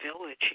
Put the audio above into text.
village